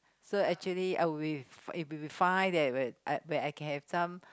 so actually I'll be it'll be fine that where I where I can have some